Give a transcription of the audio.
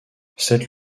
cette